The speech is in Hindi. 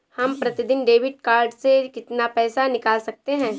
हम प्रतिदिन डेबिट कार्ड से कितना पैसा निकाल सकते हैं?